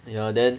ya then